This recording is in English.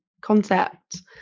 concept